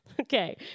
Okay